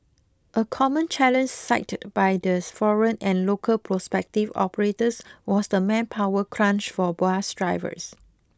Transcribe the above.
a common challenge cited by theirs foreign and local prospective operators was the manpower crunch for bus drivers